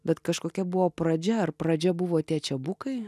bet kažkokia buvo pradžia ar pradžia buvo tie čiabukai